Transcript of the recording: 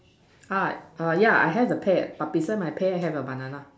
ah err yeah I have the pear but beside my pear have a banana